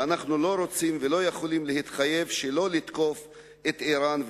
אנחנו לא רוצים ולא יכולים להתחייב שלא לתקוף את אירן,